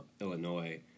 Illinois